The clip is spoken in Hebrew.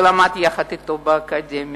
שלמד יחד אתו באקדמיה,